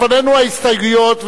לפנינו ההסתייגויות,